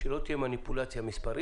כך שלא תהיה מניפולציה מספרית?